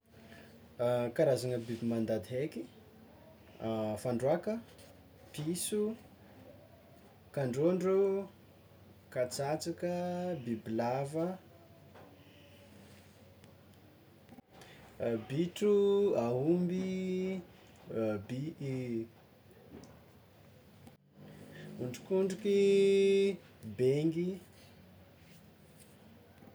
Karazagna biby mandady haiky: fandroàka, piso, kandrondro, katsatsaka, bibilava, bitro, aomby, bi- ondrikondriky, bengy.